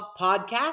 podcast